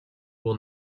will